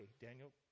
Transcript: Daniel